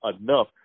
enough